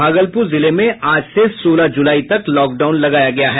भागलपुर जिले में आज से सोलह जुलाई तक लॉकडाउन लगाया गया है